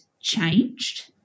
changed